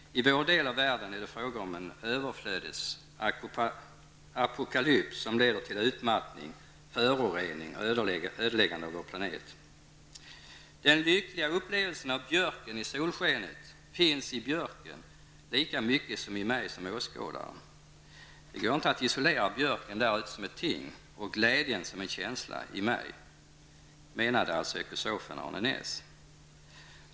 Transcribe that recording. I vår del av världen är det fråga om en överflödets apokalyps som leder till utmattning, förorening och ödeläggande av vår planet. Den lyckliga upplevelsen av björken i solskenet finns i björken lika mycket som i mig som åskådare. Det går inte att isolera björken därute som ett ting och glädjen som en känsla i mig, menar ekosofen Arne Naess.